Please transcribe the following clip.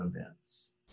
events